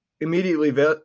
immediately